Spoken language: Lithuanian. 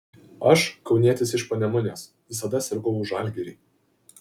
aš kaunietis iš panemunės visada sirgau už žalgirį